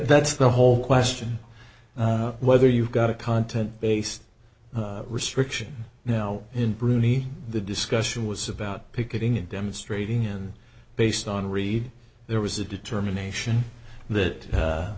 that's the whole question of whether you've got a content based restriction now in bruni the discussion was about picketing and demonstrating and based on read there was a determination that